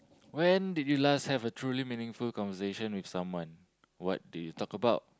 when did you last have a truly meaningful conversation with someone what did you talk about